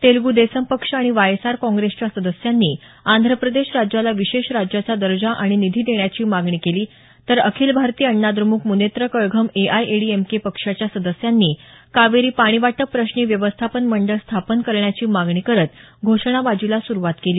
तेलगू देसम पक्ष आणि Y S R काँग्रेसच्या सदस्यांनी आंध्र प्रदेश राज्याला विशेष राज्याचा दर्जा आणि निधी देण्याची मागणी केली तर अखिल भारतीय अण्णा द्रमुक मुनेत्र कळघम एआयएडीएमके पक्षाच्या सदस्यांनी कावेरी पाणीवाटप प्रश्नी व्यवस्थापन मंडळ स्थापन करण्याची मागणी करत घोषणाबाजीला सुरुवात केली